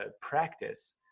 practice